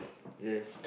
yes